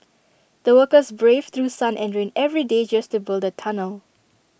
the workers braved through sun and rain every day just to build the tunnel